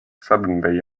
suddenly